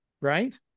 Right